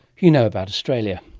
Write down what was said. you know about australia.